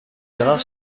gérard